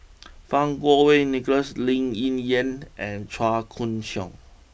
Fang Kuo Wei Nicholas Lee Ling Yen and Chua Koon Siong